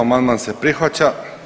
Amandman se prihvaća.